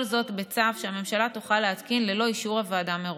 כל זאת בצו שהממשלה תוכל להתקין ללא אישור הוועדה מראש.